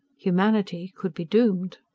humanity could be doomed.